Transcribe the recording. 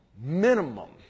minimum